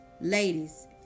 Ladies